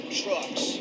trucks